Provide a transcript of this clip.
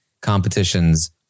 competitions